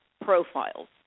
profiles